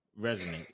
Resonate